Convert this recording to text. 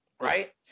right